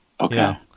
Okay